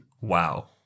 Wow